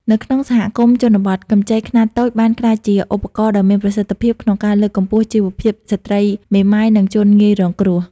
នៅក្នុងសហគមន៍ជនបទ កម្ចីខ្នាតតូចបានក្លាយជាឧបករណ៍ដ៏មានប្រសិទ្ធភាពក្នុងការលើកកម្ពស់ជីវភាពស្ត្រីមេម៉ាយ និងជនងាយរងគ្រោះ។